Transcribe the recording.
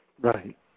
Right